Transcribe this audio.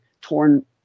torn